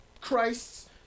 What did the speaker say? Christ's